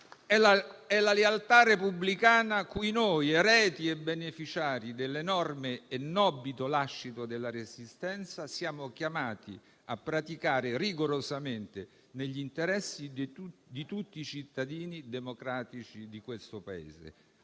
è la lealtà repubblicana cui noi, eredi e beneficiari dell'enorme e nobile lascito della Resistenza, siamo chiamati a praticare rigorosamente negli interessi di tutti i cittadini democratici di questo Paese,